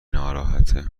ناراحته